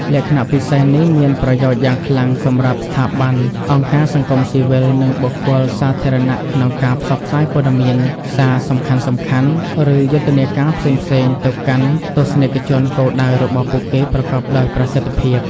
លក្ខណៈពិសេសនេះមានប្រយោជន៍យ៉ាងខ្លាំងសម្រាប់ស្ថាប័ន អង្គការសង្គមស៊ីវិល និងបុគ្គលសាធារណៈក្នុងការផ្សព្វផ្សាយព័ត៌មាន សារសំខាន់ៗ ឬយុទ្ធនាការផ្សេងៗទៅកាន់ទស្សនិកជនគោលដៅរបស់ពួកគេប្រកបដោយប្រសិទ្ធភាព។